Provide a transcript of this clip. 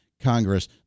Congress